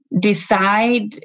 decide